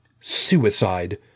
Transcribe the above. suicide